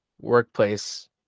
workplace